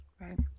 Right